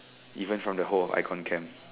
even from the whole of icon camp